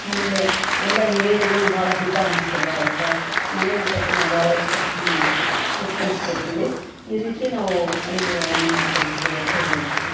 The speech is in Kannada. ಆಮೇಲೆ ಎಲ್ಲ ಹಿರಿಯರಿಗೂ ಭಾಳ ಹಿತ ಅನ್ಸ್ತದೆ ಅದಕ್ಕೆ ಮನೆ ಊಟಕ್ಕೆ ನಾವು ಭಾಳ ಇಷ್ಟ ಪ್ರಿಫ್ರೆನ್ಸ್ ಕೊಡ್ತೀವಿ ಈ ರೀತಿ ನಾವು ಅಡುಗೆಗಳನ್ನ ಮಾಡ್ತಾಯಿರ್ತೀವಿ ಅಂತ ಹೇಳ್ತೀನಿ